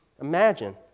imagine